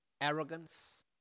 arrogance